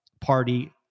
party